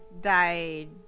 died